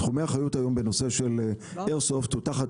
תחומי אחריות היום בנושא של איירסופט הוא תחת